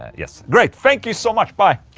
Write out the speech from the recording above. yes, great. thank you so much, bye.